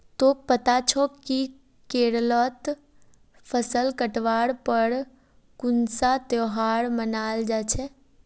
तोक पता छोक कि केरलत फसल काटवार पर कुन्सा त्योहार मनाल जा छे